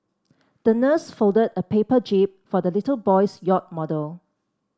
the nurse folded a paper jib for the little boy's yacht model